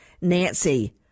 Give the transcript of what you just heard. nancy